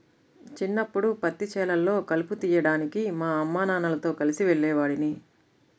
చిన్నప్పడు పత్తి చేలల్లో కలుపు తీయడానికి మా అమ్మానాన్నలతో కలిసి వెళ్ళేవాడిని